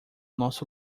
nosso